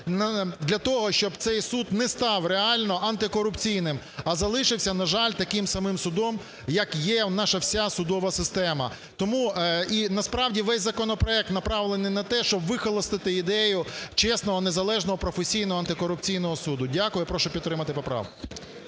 для того щоб цей суд не став реально антикорупційним, а залишився, на жаль, таким самим судом, як є наша вся судова система. Тому… і насправді весь законопроект направлений на те, щоб вихолостити ідею чесного незалежного професійного антикорупційного суду. Дякую, і прошу підтримати поправку.